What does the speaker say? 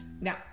Now